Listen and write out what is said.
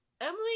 Emily